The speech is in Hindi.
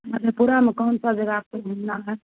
मधेपुरा में कौन सा जगह आपको घूमना है